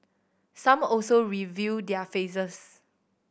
some also reveal their faces